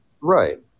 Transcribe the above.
Right